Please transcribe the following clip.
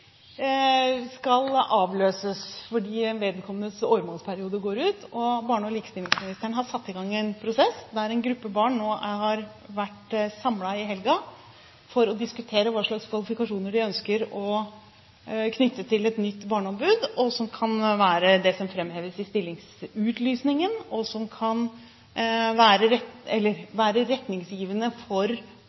skal avløses fordi vedkommendes åremålsperiode går ut. Barne- og likestillingsministeren har satt i gang en prosess der en gruppe barn nå har vært samlet i helgen for å diskutere hva slags kvalifikasjoner de ønsker å knytte til et nytt barneombud, som kan være det som framheves i stillingsutlysningen, og kan være retningsgivende for